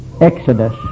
Exodus